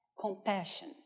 compassion